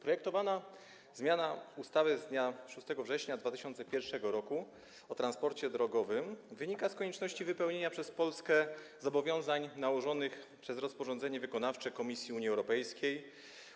Projektowana zmiana ustawy z dnia 6 września 2001 r. o transporcie drogowym wynika z konieczności wypełnienia przez Polskę zobowiązań nałożonych rozporządzeniem wykonawczym Komisji (UE)